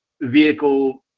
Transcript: vehicle